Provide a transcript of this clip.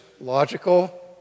logical